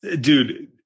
Dude